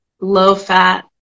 low-fat